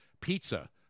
pizza